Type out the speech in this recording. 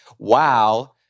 Wow